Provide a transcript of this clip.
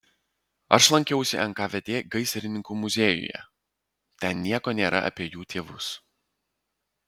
aš lankiausi nkvd gaisrininkų muziejuje ten nieko nėra apie jų tėvus